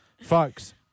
Folks